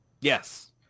Yes